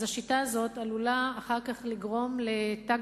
אז השיטה הזאת עלולה אחר כך לגרום לתג